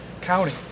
County